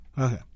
Okay